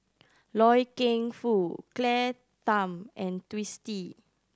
Loy Keng Foo Claire Tham and Twisstii